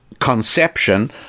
conception